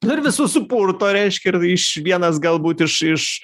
nu ir visus supurto reiškia ir iš vienas galbūt iš iš